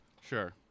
Sure